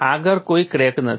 આગળ કોઈ ક્રેક નથી